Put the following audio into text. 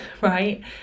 right